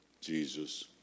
Jesus